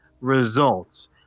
results